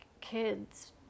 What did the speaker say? kids